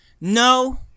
No